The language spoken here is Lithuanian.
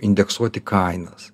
indeksuoti kainas